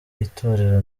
itorero